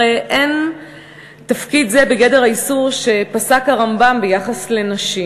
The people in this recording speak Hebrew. הרי אין תפקיד זה בגדר האיסור שפסק הרמב"ם ביחס לנשים.